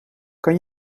kan